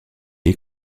est